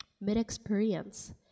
mid-experience